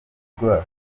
igwa